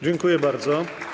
Dziękuję bardzo.